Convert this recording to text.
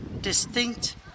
distinct